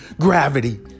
gravity